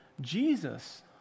Jesus